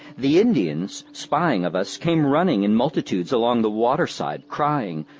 the indians spying of us came running in multitudes along the water side, crying,